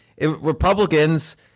Republicans